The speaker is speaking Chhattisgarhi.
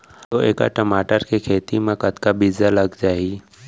दू एकड़ टमाटर के खेती मा कतका बीजा लग जाही?